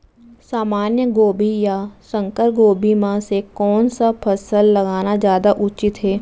सामान्य गोभी या संकर गोभी म से कोन स फसल लगाना जादा उचित हे?